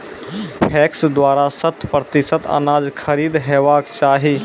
PACS द्वारा शत प्रतिसत अनाज खरीद हेवाक चाही?